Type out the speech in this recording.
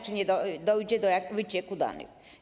Czy nie dojdzie do wycieku danych?